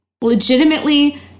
legitimately